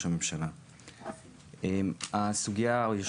הממשלה מייחסים לו חשיבות מאוד מאוד גדולה.